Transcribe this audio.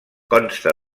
consta